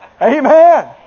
Amen